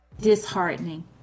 disheartening